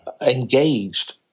engaged